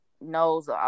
knows